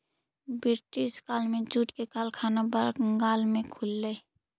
British काल में jute के कारखाना बंगाल में खुललई